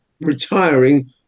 retiring